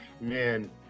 man